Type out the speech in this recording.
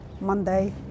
Monday